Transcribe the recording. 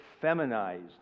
feminized